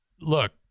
look